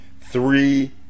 three